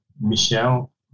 Michelle